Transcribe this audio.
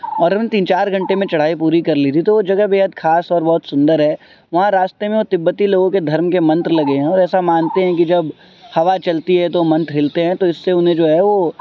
اور ہم نے تین چار گھنٹے میں چڑھائی پوری کر لی تھی تو وہ جگہ بے حد کھاص اور بہت سندر ہے وہاں راستے میں وہ تبتی لوگوں کے دھرم کے منتر لگے ہیں اور ایسا مانتے ہیں کہ جب ہوا چلتی ہے تو منتر ہلتے ہیں تو اس سے انہیں جو ہے وہ